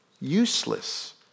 Useless